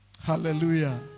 Hallelujah